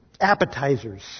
appetizers